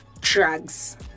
drugs